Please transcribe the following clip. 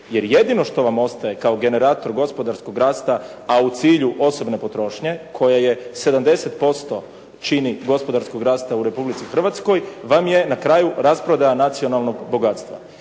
jer jedino što vam ostaje kao generator gospodarskog rasta, a u cilju osobne potrošnje koje je 70% čini gospodarskog rasta u Republici Hrvatskoj vam je na kraju rasprodaja nacionalnog bogatstva.